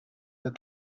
that